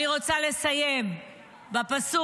אני רוצה לסיים בפסוק: